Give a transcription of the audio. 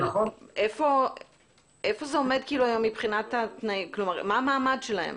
מה המעמד שלהם?